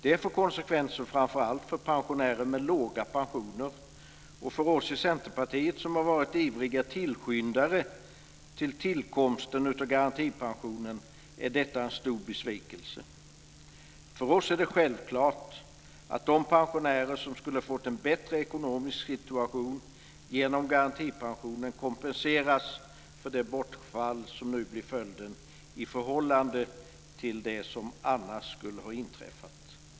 Det får konsekvenser framför allt för pensionärer med låga pensioner. För oss i Centerpartiet, som har varit ivriga tillskyndare av tillkomsten av garantipensionen, är detta en stor besvikelse. För oss är det självklart att de pensionärer som skulle ha fått en bättre ekonomisk situation genom garantipensionen kompenseras för det bortfall som nu blir följden i förhållande till det som annars skulle ha inträffat.